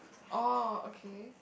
oh okay